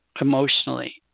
emotionally